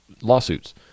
lawsuits